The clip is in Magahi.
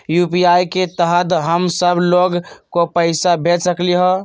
यू.पी.आई के तहद हम सब लोग को पैसा भेज सकली ह?